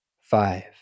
five